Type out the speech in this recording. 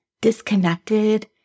disconnected